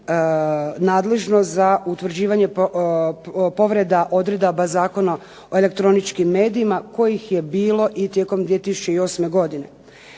nadležno za utvrđivanje povreda odredaba Zakona o elektroničkim medijima kojih je bilo i tijekom 2008. godine.